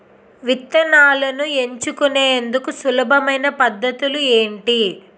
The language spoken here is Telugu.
విత్తనాలను ఎంచుకునేందుకు సులభమైన పద్ధతులు ఏంటి?